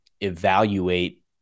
evaluate